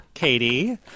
Katie